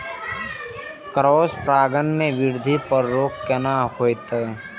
Cross परागण के वृद्धि पर रोक केना होयत?